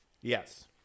Yes